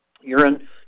urine